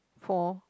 for